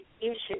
issues